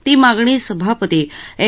ती मागणी सभापती एम